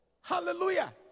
Hallelujah